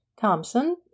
Thompson